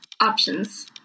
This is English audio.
Options